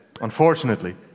Unfortunately